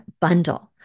bundle